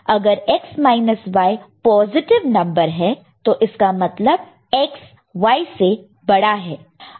अगर X minus Y positive number है तो इसका मतलब X Y से बड़ा है